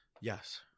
Yes